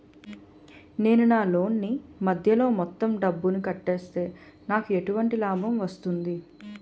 నేను నా లోన్ నీ మధ్యలో మొత్తం డబ్బును కట్టేస్తే నాకు ఎటువంటి లాభం వస్తుంది?